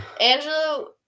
Angelo